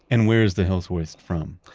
and where is the hills hoist from?